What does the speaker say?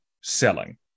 selling